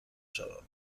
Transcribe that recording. شوم